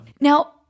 Now